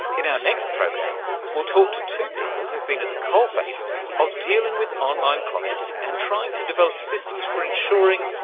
in our next program we'll talk to two people who've been at the coalface of dealing with online comments and trying to develop systems for ensuring,